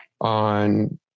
on